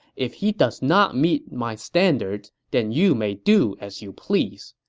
if he does not meet my standards, then you may do as you please.